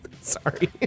Sorry